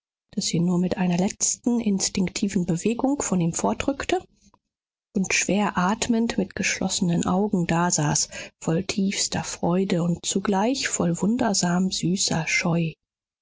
daß sie nur mit einer letzten instinktiven bewegung von ihm fortrückte und schwer atmend mit geschlossenen augen dasaß voll tiefster freude und zugleich voll wundersam süßer scheu